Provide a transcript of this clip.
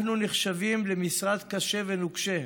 אנחנו נחשבים למשרד קשה ונוקשה,